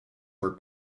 were